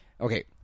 Okay